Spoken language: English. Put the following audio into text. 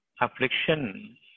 affliction